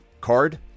card